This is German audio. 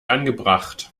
angebracht